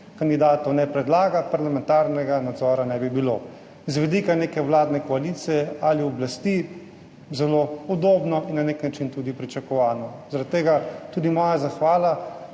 kandidatov ne predlaga, parlamentarnega nadzora ne bi bilo. Z vidika neke vladne koalicije ali oblasti zelo udobno in na nek način tudi pričakovano. Zaradi tega tudi moja zahvala,